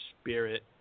spirit